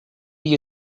you